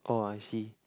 oh I see